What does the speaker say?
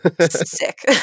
sick